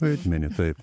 vaidmenį taip